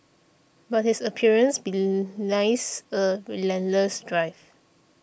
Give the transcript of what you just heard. but his appearance belies a relentless drive